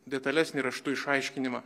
detalesnį raštu išaiškinimą